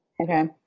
Okay